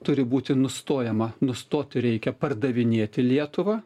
turi būti nustojama nustoti reikia pardavinėti lietuvą